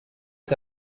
est